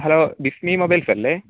hello Disney mobiles അല്ലേ